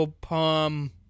palm